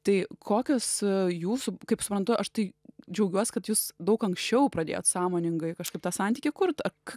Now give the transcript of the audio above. tai kokios jūsų kaip suprantu aš tai džiaugiuosi kad jūs daug anksčiau pradėjot sąmoningai kažkaip tą santykį kurt ak